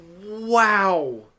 wow